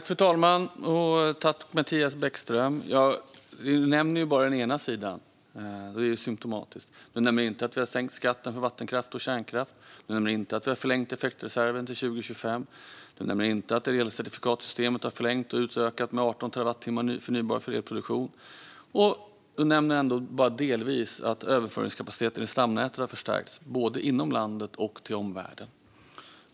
Fru talman! Mattias Bäckström Johansson nämner bara den ena sidan, vilket är symtomatiskt. Han nämner inte att vi har sänkt skatten på vattenkraft och kärnkraft. Han nämner inte att vi har förlängt effektreserven till 2025. Han nämner inte att elcertifikatssystemet har förlängts och utökats med 18 terawattimmar förnybar elproduktion, och han nämner bara delvis att överföringskapaciteten i stamnätet har förstärkts både inom landet och till omvärlden.